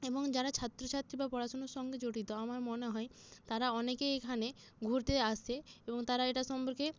এবং যারা ছাত্রছাত্রী বা পড়াশোনার সঙ্গে জড়িত আমার মনে হয় তারা অনেকেই এখানে ঘুরতে আসে এবং তারা এটা সম্পর্কে